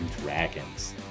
Dragons